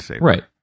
right